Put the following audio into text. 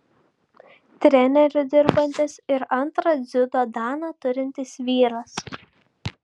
treneriu dirbantis ir antrą dziudo daną turintis vyras